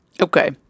Okay